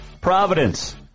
Providence